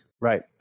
Right